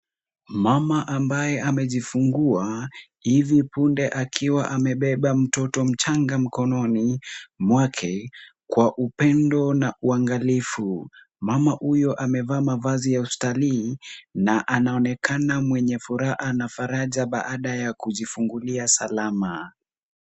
Mama ambaye amejifungua hivi punde akiwa amebeba mtoto mchanga mkononi mwake kwa upendo na uangalifu. Mama huyo amevaa mavazi ya ustalii na anaonekana mwenye furaha na faraja baada ya kujifungulia salama.